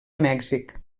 mèxic